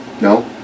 No